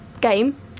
game